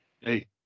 hey